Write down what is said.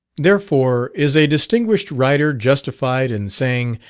therefore is a distinguished writer justified in saying,